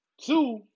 two